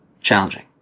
challenging